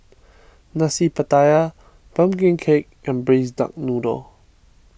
Nasi Pattaya Pumpkin Cake and Braised Duck Noodle